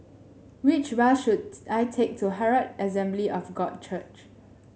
which bus should I take to Herald Assembly of God Church